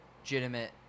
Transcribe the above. legitimate